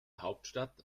hauptstadt